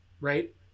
right